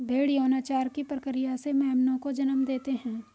भ़ेड़ यौनाचार की प्रक्रिया से मेमनों को जन्म देते हैं